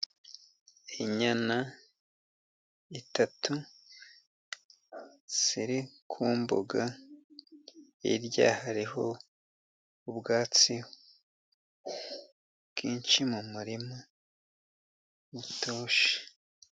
Inyana eshatu ziri ku mbuga， hirya hariho ubwatsi bwinshi mu muririma butoshye.